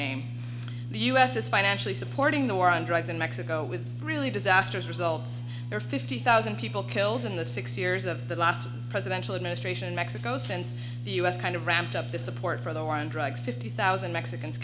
name the u s is financially supporting the war on drugs in mexico with really disastrous results there fifty thousand people killed in the six years of the last presidential administration mexico since the u s kind of ramped up the support for the war on drugs fifty thousand mexicans